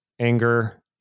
anger